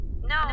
No